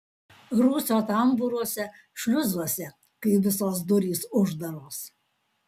rūsio tambūruose šliuzuose kai visos durys uždaros